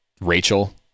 Rachel